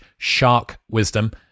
sharkwisdom